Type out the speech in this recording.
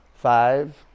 Five